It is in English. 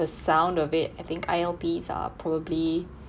the sound of it I think I_L_s are probably